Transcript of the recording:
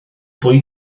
fwy